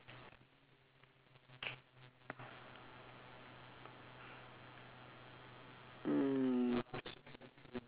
mm